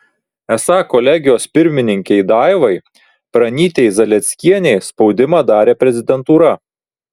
esą kolegijos pirmininkei daivai pranytei zalieckienei spaudimą darė prezidentūra